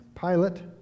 Pilate